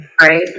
Right